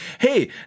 hey